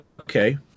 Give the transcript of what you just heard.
Okay